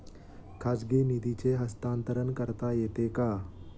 खाजगी निधीचे हस्तांतरण करता येते का?